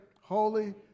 holy